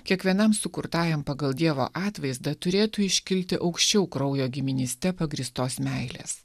kiekvienam sukurtajam pagal dievo atvaizdą turėtų iškilti aukščiau kraujo giminyste pagrįstos meilės